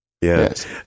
Yes